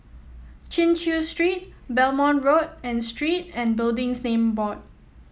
Chin Chew Street Belmont Road and Street and Buildings Name Board